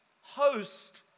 host